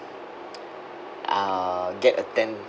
uh get atten~